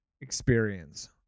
experience